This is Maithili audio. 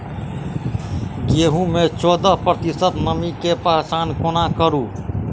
गेंहूँ मे चौदह प्रतिशत नमी केँ पहचान कोना करू?